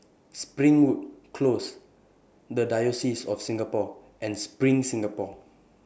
Springwood Close The Diocese of Singapore and SPRING Singapore